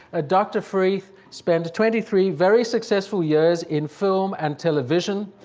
ah doctor freeth spent twenty three very successful years in film and television,